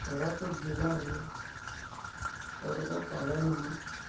କୋରାପୁଟ ଜିଲ୍ଲାରେ ପର୍ବ ପାାଳନ